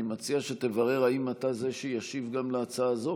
אני מציע שתברר אם אתה זה שישיב גם על ההצעה הזו,